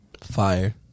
Fire